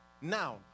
now